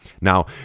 Now